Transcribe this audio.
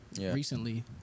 recently